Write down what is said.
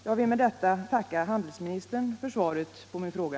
Jag vill med detta tacka handelsministern för svaret på min fråga.